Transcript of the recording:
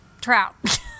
trout